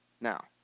Now